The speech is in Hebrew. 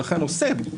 לכן יש ביקורת